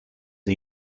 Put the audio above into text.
are